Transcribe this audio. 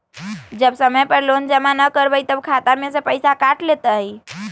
जब समय पर लोन जमा न करवई तब खाता में से पईसा काट लेहई?